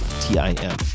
t-i-m